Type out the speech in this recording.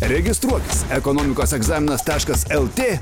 registruotis ekonomikos egzaminas taškas lt